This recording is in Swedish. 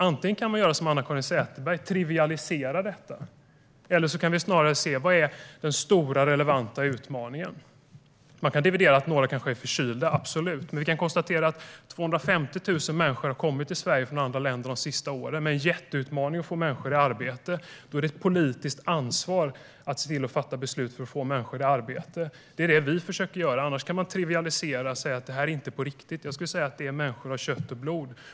Antingen kan man göra som AnnaCaren Sätherberg och trivialisera detta eller så kan vi se vad som är den stora, relevanta utmaningen. Man kan dividera om att några kanske är förkylda, absolut, men vi kan också konstatera att 250 000 människor har kommit till Sverige de senaste åren, och det är en jätteutmaning att få människor i arbete. Då är det ett politiskt ansvar att se till att fatta beslut för att få människor i arbete, och det är det vi försöker göra i stället för att trivialisera och säga att det här inte är på riktigt. Jag skulle säga att det handlar om människor av kött och blod.